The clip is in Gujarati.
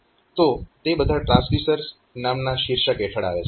તો તે બધા ટ્રાન્સડ્યુસર્સ નામના શીર્ષક હેઠળ આવે છે